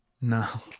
No